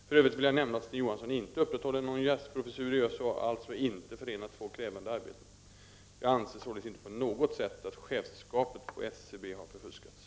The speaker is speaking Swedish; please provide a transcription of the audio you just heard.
För övrigt vill jag nämna att SCB-chefen inte upprätthåller någon gästprofessur i USA och alltså inte förenar två krävande arbeten. Jag anser således inte på något sätt att chefskapet på SCB har förfuskats.